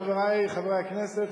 חברי חברי הכנסת,